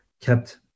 kept